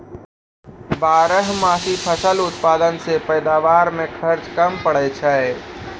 बारहमासी फसल उत्पादन से पैदावार मे खर्च कम पड़ै छै